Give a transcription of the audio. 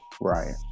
right